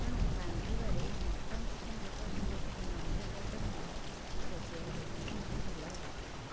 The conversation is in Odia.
ତେଣୁ ରାନ୍ଧିବାରେ ମଟନ୍ ଚିକେନ୍ ଯେପର୍ଯ୍ୟ ଯେତିକି ନନଭେଜ୍ ଆଇଟମ୍ ହେଲା ମୋତେ ରୋଷେଇ କରିବା ପାଇଁ ଭାରି ଭଲ ଲାଗେ